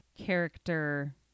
character